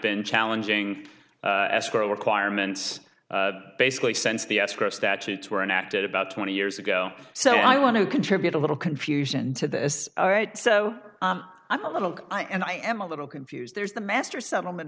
been challenging escrow requirements basically sense the extra statutes were enacted about twenty years ago so i want to contribute a little confusion to this all right so i'm a little i and i am a little confused there's the master settlement